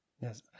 Yes